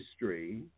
history